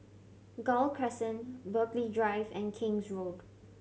Gul Crescent Burghley Drive and King's Road